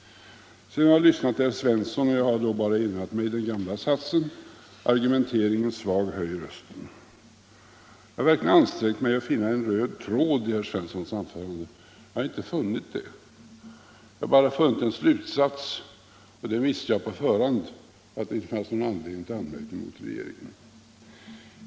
Sedan har jag lyssnat till herr Svensson i Eskilstuna, och jag har då bara erinrat mig den gamla satsen: Argumenteringen svag, höj rösten! Jag har verkligen ansträngt mig att finna en röd tråd i herr Svenssons anförande, men jag har inte funnit någon. Bara en slutsats har jag funnit, och den visste jag på förhand — att det inte fanns någon anledning till anmärkning mot regeringen.